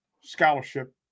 scholarship